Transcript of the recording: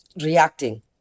reacting